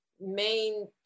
main